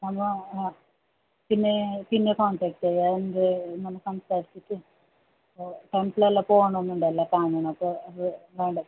അപ്പം ആ പിന്നെ പിന്നെ കോൺടാക്റ്റ് ചെയ്യാം എന്ത് നമ്മൾ സംസാരിച്ചിട്ട് ടെമ്പിൾ എല്ലാം പോകണം എന്നുണ്ടെല്ലാം കാണണം അപ്പോൾ അത് കോൺടാക്ട്